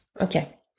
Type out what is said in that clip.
Okay